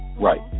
Right